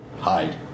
Hide